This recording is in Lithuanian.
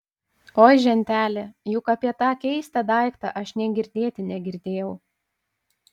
oi ženteli juk apie tą keistą daiktą aš nė girdėti negirdėjau